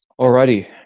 Alrighty